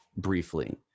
briefly